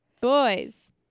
Boys